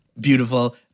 beautiful